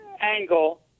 angle